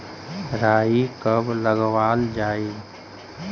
राई कब लगावल जाई?